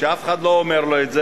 אף אחד לא אומר לו את זה,